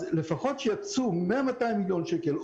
אז לפחות שיקצו מה-100 או 200 מיליון שקל,